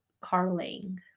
Carling